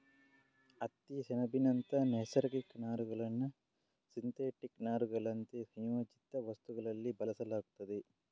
ಹತ್ತಿ, ಸೆಣಬಿನಂತ ನೈಸರ್ಗಿಕ ನಾರುಗಳನ್ನ ಸಿಂಥೆಟಿಕ್ ನಾರುಗಳಂತೆ ಸಂಯೋಜಿತ ವಸ್ತುಗಳಲ್ಲಿ ಬಳಸಲಾಗ್ತದೆ